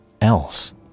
else